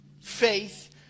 faith